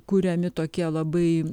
kuriami tokie labai